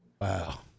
Wow